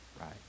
Right